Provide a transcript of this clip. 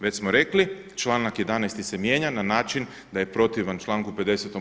Već smo rekli članak 11. se mijenja na način da je protivan članku 50.